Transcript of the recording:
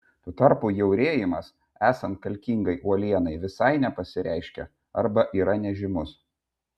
tuo tarpu jaurėjimas esant kalkingai uolienai visai nepasireiškia arba yra nežymus